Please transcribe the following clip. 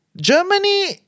Germany